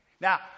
Now